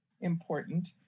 important